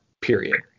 period